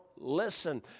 Listen